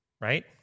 right